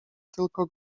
tylko